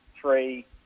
three